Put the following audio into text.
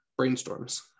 Brainstorms